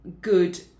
good